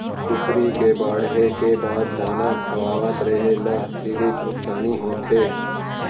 कुकरी के बाड़हे के बाद दाना खवावत रेहे ल सिरिफ नुकसानी होथे